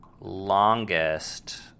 longest